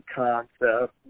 concept